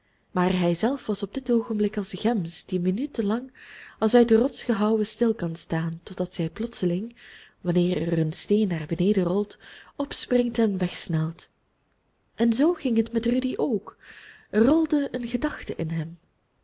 maar hij zelf was op dit oogenblik als de gems die minuten lang als uit de rots gehouwen stil kan staan totdat zij plotseling wanneer er een steen naar beneden rolt opspringt en wegsnelt en zoo ging het met rudy ook er rolde een gedachte in hem